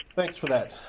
thanks for that.